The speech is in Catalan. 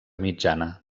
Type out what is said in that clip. mitjana